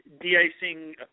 de-icing